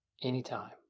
anytime